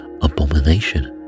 abomination